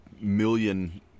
million